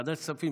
ועדת כספים,